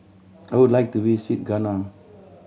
I would like to visit Ghana